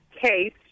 case